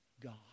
God